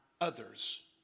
others